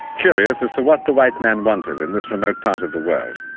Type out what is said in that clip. curious as to what the white man wanted in this remote part of the world.